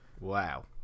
wow